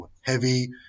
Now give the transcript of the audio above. heavy